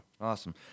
Awesome